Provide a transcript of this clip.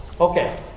Okay